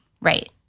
Right